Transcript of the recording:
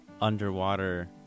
underwater